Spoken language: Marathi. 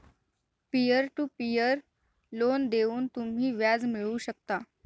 पीअर टू पीअर लोन देऊन तुम्ही व्याज मिळवू शकता